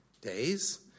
days